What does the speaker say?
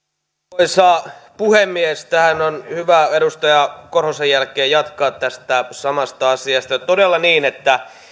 arvoisa puhemies tässä on hyvä edustaja korhosen jälkeen jatkaa tästä samasta asiasta todella on niin että